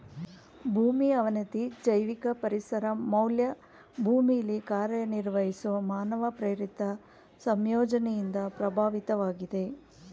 ಭೂಮಿ ಅವನತಿ ಜೈವಿಕ ಪರಿಸರ ಮೌಲ್ಯ ಭೂಮಿಲಿ ಕಾರ್ಯನಿರ್ವಹಿಸೊ ಮಾನವ ಪ್ರೇರಿತ ಸಂಯೋಜನೆಯಿಂದ ಪ್ರಭಾವಿತವಾಗಿದೆ